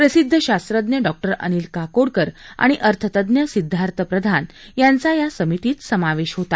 प्रसिद्ध शास्वज्ञ डॉक्टर अनिल काकोडकर आणि अर्थतज्ञ सिद्धार्थ प्रधान यांचा या समितीत समावेश होता